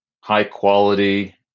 high-quality